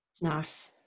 Nice